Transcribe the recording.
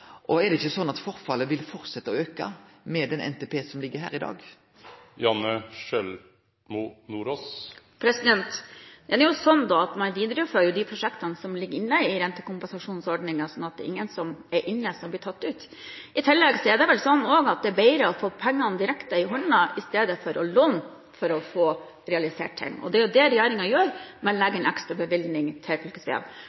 no. Er det ikkje slik at forfallet vil fortsetje å auke med den NTP-en som ligg her i dag? Man viderefører de prosjektene som ligger inne i rentekompensasjonsordningen, slik at det er ingen som er inne, som blir tatt ut. I tillegg er det vel slik at det er bedre å få pengene direkte i hånda i stedet for å låne for å få realisert ting, og det er jo det